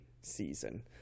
season